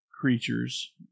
creatures